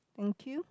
thank you